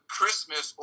Christmas